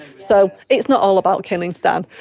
so it's not all about killing stan,